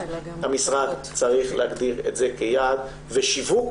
המשרד צריך להגדיר את זה כיעד ושיווק